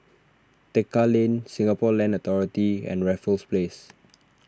Tekka Lane Singapore Land Authority and Raffles Place